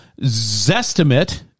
Zestimate